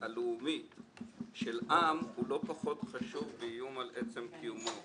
הלאומית התרבותית של עם הוא לא פחות חשוב מאיום על עצם קיומו.